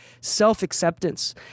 self-acceptance